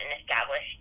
established